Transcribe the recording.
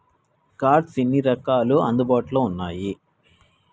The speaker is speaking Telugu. కార్డ్స్ ఎన్ని రకాలు అందుబాటులో ఉన్నయి?